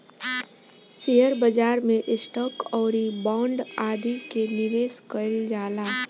share बाजार में stock आउरी बांड आदि में निबेश कईल जाला